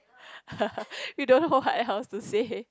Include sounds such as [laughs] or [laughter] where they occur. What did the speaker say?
[laughs] we don't know what else to say